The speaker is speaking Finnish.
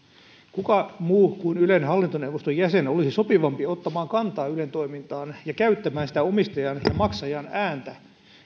kuka muu kuin ylen hallintoneuvoston jäsen olisi sopivampi ottamaan kantaa ylen toimintaan ja käyttämään sitä omistajan ja maksajan ääntä